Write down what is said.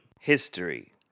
History